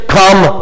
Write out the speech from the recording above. come